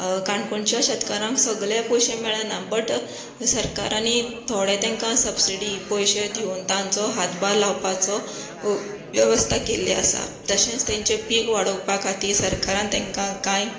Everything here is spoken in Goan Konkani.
काणकोणचे शेतकारांक सगळें पयशें मेळना बट सरकारांनी थोडें तांकां सबसडी पयशें दिवन तांचो हातभार लावपाचो वेवस्था केल्ली आसा तशेंच तांचें पीक वाडोवपा खातीर सरकारान तांकां कांय